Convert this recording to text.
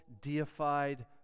deified